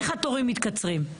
איך התורים מתקצרים.